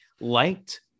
liked